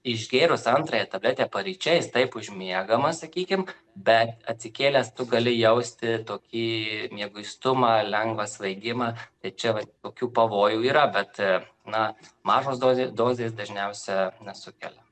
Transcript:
išgėrus antrąją tabletę paryčiais taip užmiegama sakykim bet atsikėlęs tu gali jausti tokį mieguistumą lengvą svaigimą tai čia vat tokių pavojų yra bet na mažos dozės dozės dažniausiai nesukelia